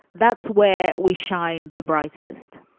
that's where we shine the brightest.